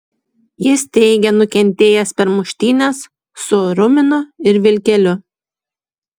jis teigė nukentėjęs per muštynes su ruminu ir vilkeliu